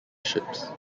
ships